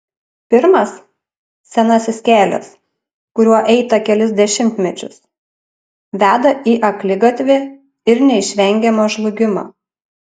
pirmas senasis kelias kuriuo eita kelis dešimtmečius veda į akligatvį ir neišvengiamą žlugimą